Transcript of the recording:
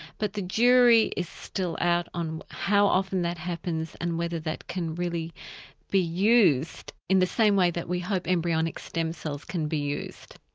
but the jury is still out on how often that happens and whether that can really be used in the same way that we hope embryonic stem cells can be used.